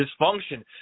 Dysfunction